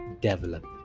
develop